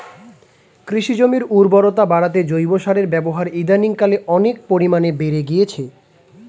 কৃষি জমির উর্বরতা বাড়াতে জৈব সারের ব্যবহার ইদানিংকালে অনেক পরিমাণে বেড়ে গিয়েছে